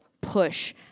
push